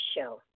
show